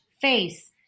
face